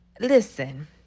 listen